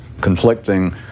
conflicting